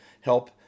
help